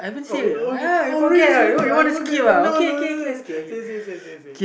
oh ya oh ya oh really really I forget no no no say say say say say